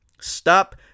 Stop